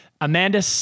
amanda